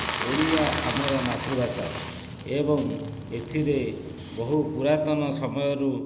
ଓଡ଼ିଆ ଆମର ମାତୃଭାଷା ଏବଂ ଏଥିରେ ବହୁ ପୁରାତନ ସମୟରୁ